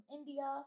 India